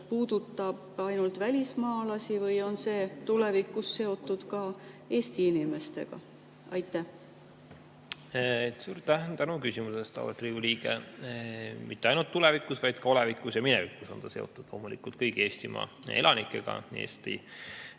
puudutab ainult välismaalasi või on see tulevikus seotud ka Eesti inimestega? Suur tänu küsimuse eest, austatud Riigikogu liige! Mitte ainult tulevikus, vaid ka olevikus ja minevikus on see seotud loomulikult kõigi Eestimaa elanikega, nii Eesti